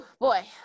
Boy